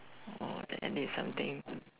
oh the end is something